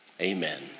Amen